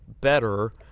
better